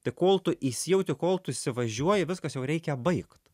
tai kol tu įsijauti kol tu įsivažiuoji viskas jau reikia baigt